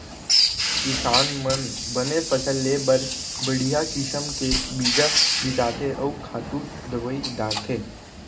किसान मन बने फसल लेय बर बड़िहा किसम के बीजा बिसाथें अउ खातू दवई डारथें